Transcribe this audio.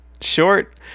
short